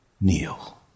kneel